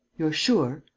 you're sure?